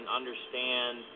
understand